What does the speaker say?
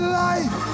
life